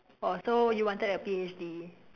orh so you wanted a PhD